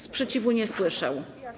Sprzeciwu nie słyszę.